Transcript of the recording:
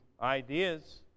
ideas